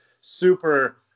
super